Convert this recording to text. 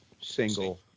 single